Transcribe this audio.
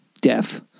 death